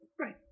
right